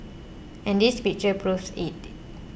and this picture proves it